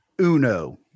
uno